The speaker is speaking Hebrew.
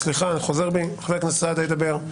סליחה, אני חוזר בי חבר הכנסת סעדה ידבר,